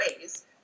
ways